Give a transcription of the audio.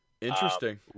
Interesting